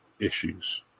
issues